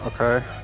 okay